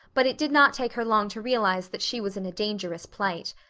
but it did not take her long to realize that she was in a dangerous plight.